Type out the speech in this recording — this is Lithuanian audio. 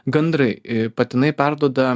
gandrai patinai perduoda